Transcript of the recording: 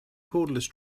cordless